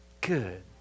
Good